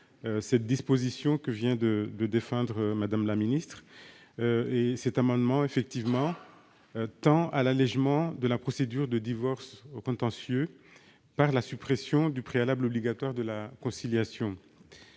la disposition que vient de défendre Mme la ministre, et qui tend à l'allégement de la procédure de divorce contentieux par la suppression du préalable obligatoire de la conciliation.